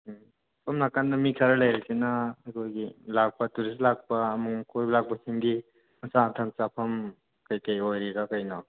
ꯎꯝ ꯑꯁꯣꯝ ꯅꯥꯀꯟꯗ ꯃꯤ ꯈꯔ ꯂꯩꯔꯤꯁꯤꯅ ꯑꯩꯈꯣꯏꯒꯤ ꯂꯥꯛꯄ ꯇꯨꯔꯤꯁ ꯂꯥꯛꯄ ꯑꯃꯨꯛ ꯑꯃꯨꯛ ꯀꯣꯏꯕ ꯂꯥꯛꯄꯁꯤꯡꯒꯤ ꯑꯆꯥ ꯑꯊꯛ ꯆꯥꯐꯝ ꯀꯩ ꯀꯩ ꯑꯣꯏꯔꯤꯔꯥ ꯀꯩꯅꯣ